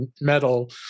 metal